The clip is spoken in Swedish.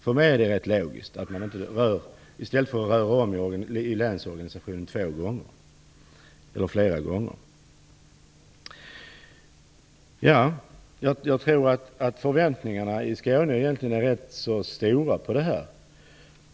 För mig är det rätt logiskt att man inte rör om i länsorganisationen två eller flera gånger. Jag tror att förväntningarna på det här egentligen är rätt stora i Skåne.